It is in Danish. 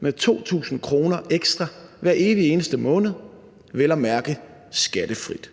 med 2.000 kr. ekstra hver evige eneste måned – vel at mærke skattefrit.